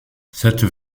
cette